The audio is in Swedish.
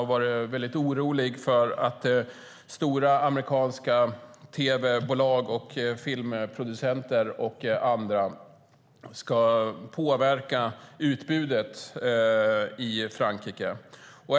De har varit oroliga för att stora amerikanska tv-bolag, filmproducenter och andra ska påverka utbudet i Frankrike.